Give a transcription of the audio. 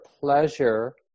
pleasure